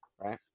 right